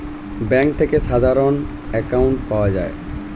bank থেকে সাধারণ account পাওয়া যায়